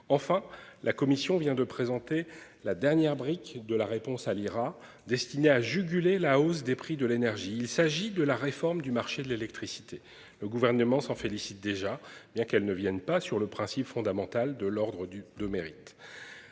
Enfin, la Commission vient de présenter la dernière brique de la réponse à l'IRA destinée à juguler la hausse des prix de l'énergie, il s'agit de la réforme du marché de l'électricité, le gouvernement s'en félicitent déjà bien qu'elle ne viennent pas sur le principe fondamental de l'Ordre du de mérite.